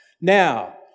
Now